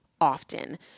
often